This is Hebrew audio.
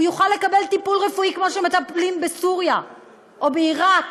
הוא יוכל לקבל טיפול רפואי כמו שמטפלים בסוריה או בעיראק